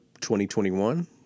2021